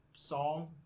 song